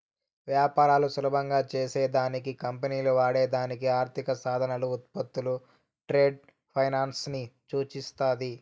వ్యాపారాలు సులభం చేసే దానికి కంపెనీలు వాడే దానికి ఆర్థిక సాధనాలు, ఉత్పత్తులు ట్రేడ్ ఫైనాన్స్ ని సూచిస్తాది